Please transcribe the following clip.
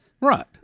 Right